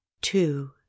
two